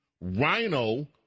rhino